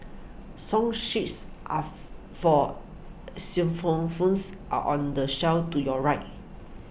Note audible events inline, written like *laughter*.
song sheets are for *unintelligible* phones are on the shelf to your right